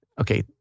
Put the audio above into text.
okay